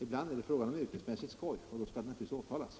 Ibland är det fråga om yrkesmässigt skoj, och då skall det naturligtvis åtalas.